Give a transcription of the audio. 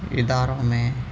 اداروں میں